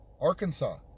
Arkansas